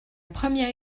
première